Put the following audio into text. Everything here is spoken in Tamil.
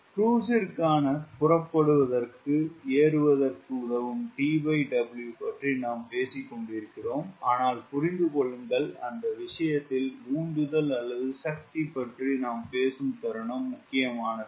க்ரூஸ் ற்காக புறப்படுவதற்கு ஏறுவதற்கு உதவும் TW பற்றி நாம் பேசிக்கொண்டிருக்கிறோம் ஆனால் புரிந்து கொள்ளுங்கள் அந்த விஷயத்தில் உந்துதல் அல்லது சக்தி பற்றி நாம் பேசும் தருணம் முக்கியமானது